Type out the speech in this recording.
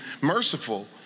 merciful